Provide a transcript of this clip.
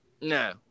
No